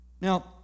Now